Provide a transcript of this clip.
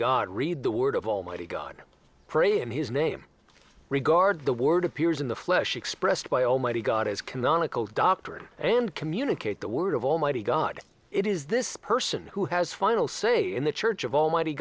god read the word of almighty god pray in his name regard the word appears in the flesh expressed by almighty god as canonical doctrine and communicate the word of almighty god it is this person who has final say in the church of almighty